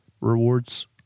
rewards